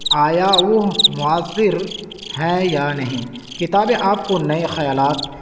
آیا وہ مؤثر ہیں یا نہیں کتابیں آپ کو نئے خیالات